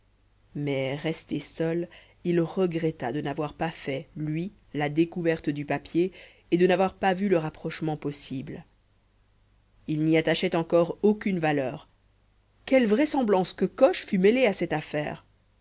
mais resté seul il regretta de n'avoir pas fait lui la découverte du papier et de n'avoir pas vu le rapprochement possible il n'y attachait encore aucune valeur quelle vraisemblance que coche fût mêlé à cette affaire